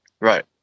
Right